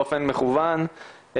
באופן מכוון,